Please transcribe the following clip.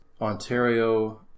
Ontario